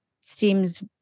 seems